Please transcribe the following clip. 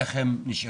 איך הם נשארו.